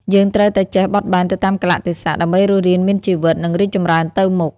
យើងត្រូវតែចេះបត់បែនទៅតាមកាលៈទេសៈ ដើម្បីរស់រានមានជីវិត និងរីកចម្រើនទៅមុខ។